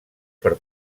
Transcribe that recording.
per